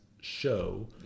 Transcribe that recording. show